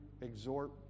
exhort